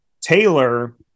Taylor